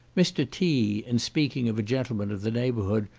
mr. t in speaking of a gentleman of the neighbourhood,